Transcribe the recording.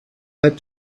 had